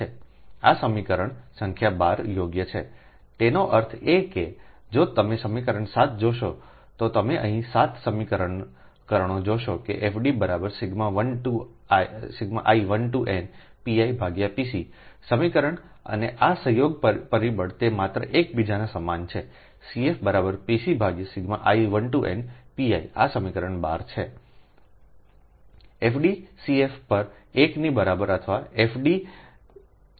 આ સમીકરણ સંખ્યા 12 યોગ્ય છેતેનો અર્થ એ કે જો તમે સમીકરણ 7 જોશો જો તમે અહીં 7 સમીકરણો જોશો કેFD i1nPiPcસમીકરણ અને આ સંયોગ પરિબળ તે માત્ર એક બીજાના સમાન છે CF Pci1nPiઆ સમીકરણ 12 છે સંદર્ભિત સમય 0754 FD CF પર 1 ની બરાબર અથવાFD×CF1